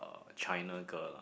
uh China girl lah